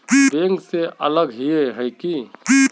Bank से अलग हिये है की?